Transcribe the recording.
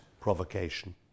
provocation